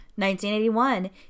1981